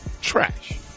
Trash